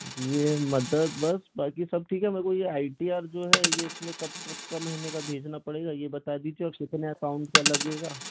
ये मदद बस बाकी सब ठीक है मेरे को ये आई टी आर जो है ये इसमें कब कब का महीने का भेजना पड़ेगा ये बता दीजिए कितने अकाउंट का लगेगा